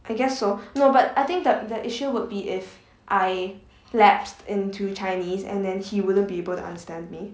I guess so no but I think the the issue would be if I lapsed into chinese and then he wouldn't be able to understand me